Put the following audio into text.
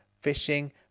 fishing